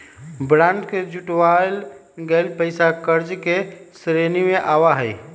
bond से जुटावल गइल पैसा कर्ज के श्रेणी में आवा हई